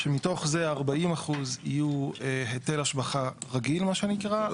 שמתוך זה 40% יהיו היטל השבחה רגיל מה שנקרא.